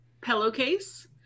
pillowcase